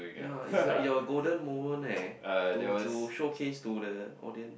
ya it's like your golden moment eh to to showcase to the audience